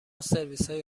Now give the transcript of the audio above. سرویسهای